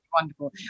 wonderful